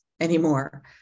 anymore